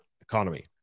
economy